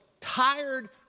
tired